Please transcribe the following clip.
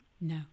No